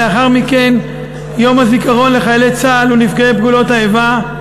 לאחר מכן יום הזיכרון לחללי צה"ל ולנפגעי פעולות האיבה,